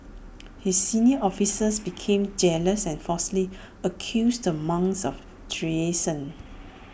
his senior officials became jealous and falsely accused the monks of treason